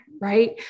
right